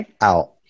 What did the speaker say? out